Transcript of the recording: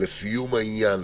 לסיום העניין.